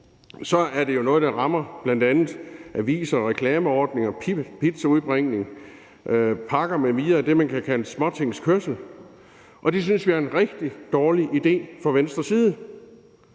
er det jo noget, der bl.a. rammer aviser, reklameordninger, pizzaudbringning, pakker m.v., altså det, man kan kalde småtingskørsel, og det synes vi fra Venstres side